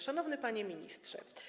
Szanowny Panie Ministrze!